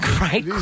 Great